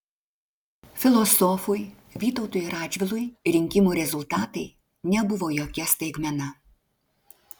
filosofui vytautui radžvilui rinkimų rezultatai nebuvo jokia staigmena